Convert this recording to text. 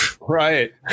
Right